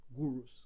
gurus